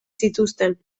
zituzten